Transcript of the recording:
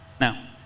Now